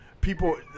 people